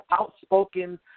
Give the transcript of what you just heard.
outspoken